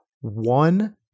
one